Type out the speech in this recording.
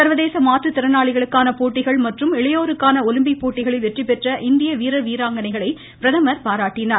சர்வதேச மாற்றுத்திறனாளிகளுக்கான போட்டிகள் மற்றும் இளையோருக்கான ஒலிம்பிக் போட்டிகளில் வெற்றி பெற்ற இந்திய வீர வீராங்கணைகளை பிரதமர் பாராட்டினார்